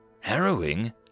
Harrowing